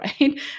right